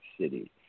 City